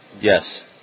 Yes